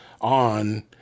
on